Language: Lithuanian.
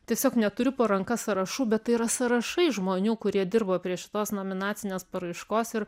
tiesiog neturiu po ranka sąrašų bet tai yra sąrašai žmonių kurie dirbo prie šitos nominacinės paraiškos ir